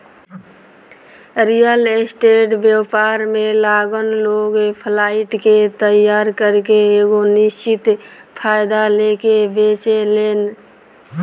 real estate व्यापार में लागल लोग फ्लाइट के तइयार करके एगो निश्चित फायदा लेके बेचेलेन